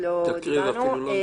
כרגע.